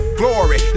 glory